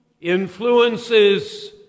influences